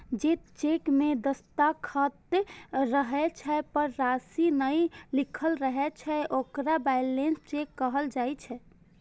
जे चेक मे दस्तखत रहै छै, पर राशि नै लिखल रहै छै, ओकरा ब्लैंक चेक कहल जाइ छै